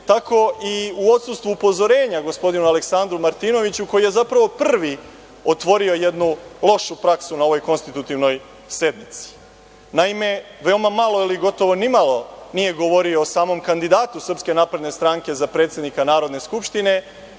tako i u odsustvu upozorenja gospodinu Aleksandru Martinoviću, koji je zapravo prvi otvorio jednu lošu praksu na ovoj konstitutivnoj sednici. Naime, veoma malo ili gotovo nimalo nije govorio o samom kandidatu SNS za predsednika Narodne skupštinu